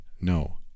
no